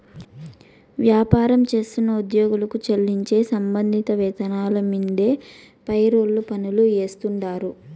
వ్యాపారం చేస్తున్న ఉద్యోగులకు చెల్లించే సంబంధిత వేతనాల మీన్దే ఫెర్రోల్ పన్నులు ఏస్తాండారు